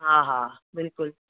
हा हा बिल्कुलु